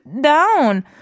down